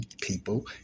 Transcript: people